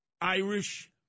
Irish